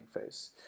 phase